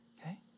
okay